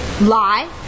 Lie